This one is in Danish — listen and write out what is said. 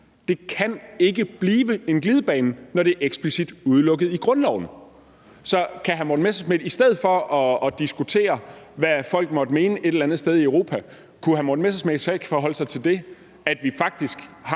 det ikke kan blive en glidebane, når det eksplicit er udelukket i grundloven. Så kunne hr. Morten Messerschmidt ikke i stedet for at diskutere, hvad folk måtte mene et eller andet sted i Europa, forholde sig til, at vi faktisk har